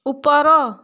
ଉପର